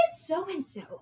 so-and-so